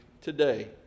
today